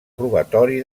robatori